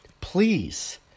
please